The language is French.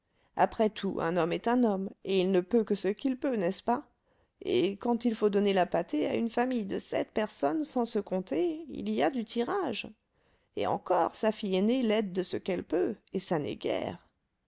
après tout un homme est un homme et il ne peut que ce qu'il peut n'est-ce pas et quand il faut donner la pâtée à une famille de sept personnes sans se compter il y a du tirage et encore sa fille aînée l'aide de ce qu'elle peut et ça n'est guère